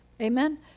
Amen